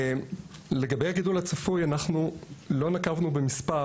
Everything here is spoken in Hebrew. לגבי הגידול הצפוי אנחנו לא נקבנו במספר